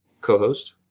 Co-host